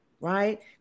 right